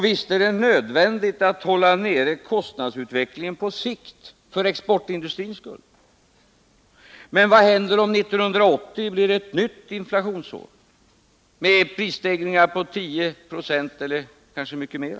Visst är det nödvändigt att hålla kostnadsutvecklingen nere på sikt för exportindustrins skull, men vad händer om 1980 blir ett nytt inflationsår med prisstegringar på 10 96 eller kanske mycket mer?